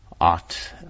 Ought